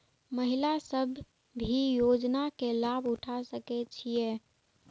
महिला सब भी योजना के लाभ उठा सके छिईय?